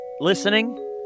listening